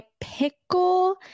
pickle